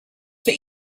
for